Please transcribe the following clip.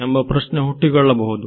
ಎಂಬ ಪ್ರಶ್ನೆ ಹುಟ್ಟಿಕೊಳ್ಳಬಹುದು